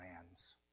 plans